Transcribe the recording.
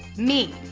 me!